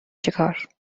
چیکار